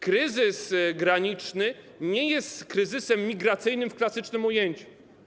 Kryzys graniczny nie jest kryzysem migracyjnym w klasycznym ujęciu.